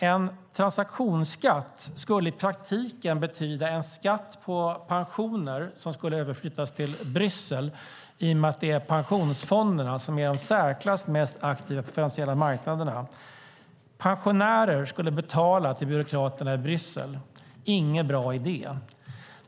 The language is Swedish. En transaktionsskatt skulle i praktiken innebära en skatt på pensioner som skulle överflyttas till Bryssel, i och med att pensionsfonderna är de i särklass mest aktiva på de finansiella marknaderna. Pensionärer skulle betala till byråkraterna i Bryssel. Det är ingen bra idé.